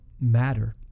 matter